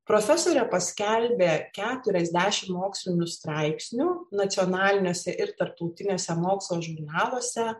profesorė paskelbė keturiasdešimt mokslinių straipsnių nacionaliniuose ir tarptautiniuose mokslo žurnaluose